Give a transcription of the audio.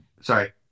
Sorry